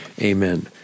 Amen